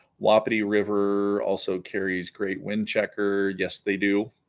wapiti river also carries great wind checker yes they do